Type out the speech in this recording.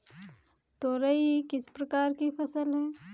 तोरई किस प्रकार की फसल है?